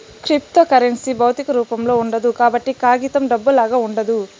cryptocurrency భౌతిక రూపంలో ఉండదు కాబట్టి కాగితం డబ్బులాగా ఉండదు